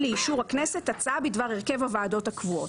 לאישור הכנסת הצעה בדבר הרכב הוועדות הקבועות".